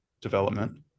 development